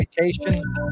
reputation